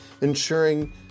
ensuring